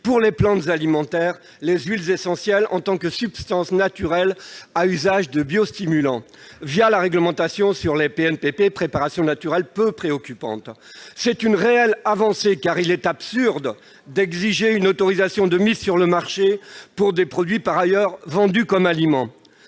pour les plantes alimentaires, les huiles essentielles en tant que substances naturelles à usage biostimulant, via la réglementation sur les préparations naturelles peu préoccupantes (PNPP). C'est une réelle avancée, car il est absurde d'exiger une autorisation de mise sur le marché pour des produits par ailleurs vendus comme aliments.